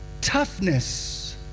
toughness